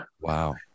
Wow